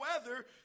weather